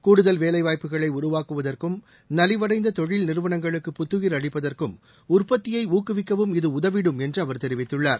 கூடுதல் வேலைவாய்ப்புகளை உருவாக்குவதற்கும் நலிவடைந்த தொழில் நிறுவனங்களுக்கு புத்துயிர் அளிப்பதற்கும் உற்பத்தியை ஊக்குவிக்கவும் இது உதவிடும் என்று அவர் தெரிவித்துள்ளார்